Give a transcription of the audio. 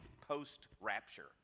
post-rapture